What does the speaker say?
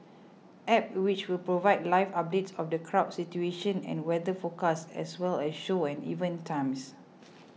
App which will provide live updates of the crowd situation and weather forecast as well as show and event times